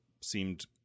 seemed